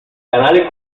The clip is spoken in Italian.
canale